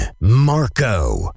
Marco